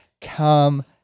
come